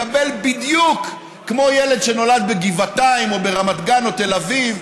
יקבל בדיוק כמו ילד שנולד בגבעתיים או ברמת גן או תל אביב.